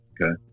Okay